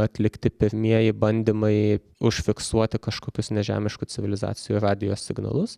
atlikti pirmieji bandymai užfiksuoti kažkokius nežemiškų civilizacijų radijo signalus